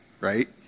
right